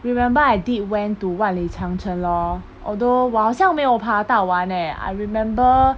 remember I did went to 万里长城 lor although 我好像没有爬到完 eh I remember